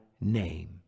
name